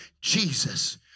Jesus